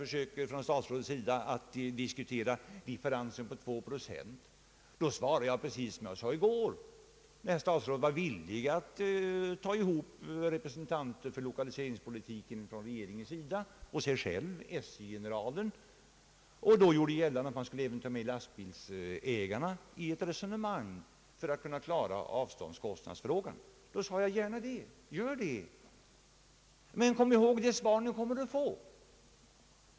Försöker statsrådet ta upp en diskussion om en differens på 2 procent, svarar jag precis som jag gjorde i går, när statsrådet förklarade sig villig att samla representanter för regeringen, liksom SJ-generalen och även företrädare för lastbilsägarna för resonemang i syfte att lösa avståndskostnadsfrågan. Då svarade jag: Gärna! Gör det, men kom ihåg vilket besked ni kommer att få!